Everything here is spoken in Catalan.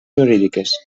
jurídiques